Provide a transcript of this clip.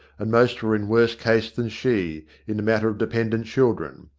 and most were in worse case than she, in the matter of dependent children.